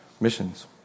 missions